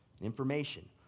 information